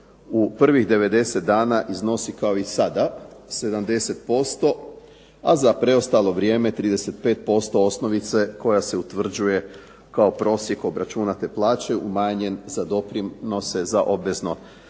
u prvih 90 dana iznosi kao i sada 70%, a za preostalo vrijeme 35% osnovice koja se utvrđuje kao prosjek obračunate plaće umanjen za doprinose za obvezno